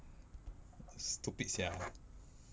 stupid sia